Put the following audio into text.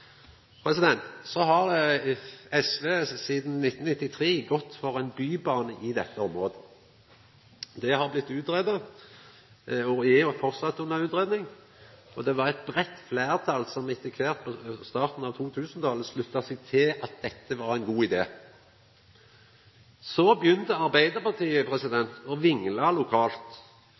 har sidan 1993 gått for ein bybane i dette området. Det har blitt utgreidd og er framleis under utgreiing, og det var eit breitt fleirtal som etter kvart, i starten av 2000-talet, slutta seg til at dette var ein god idé. Så begynte Arbeidarpartiet å vingla lokalt.